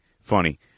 funny